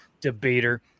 debater